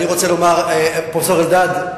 אני רוצה לומר, פרופסור אלדד: